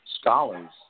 scholars